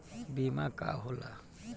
बीमा का होला?